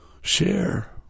share